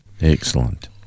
Excellent